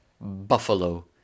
Buffalo